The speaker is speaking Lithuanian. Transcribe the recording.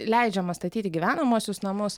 leidžiama statyti gyvenamuosius namus